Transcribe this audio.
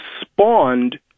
spawned